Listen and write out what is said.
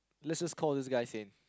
let's just call this guy saint